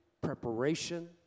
preparation